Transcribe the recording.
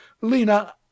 Lena